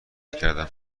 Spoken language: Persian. کردم